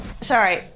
sorry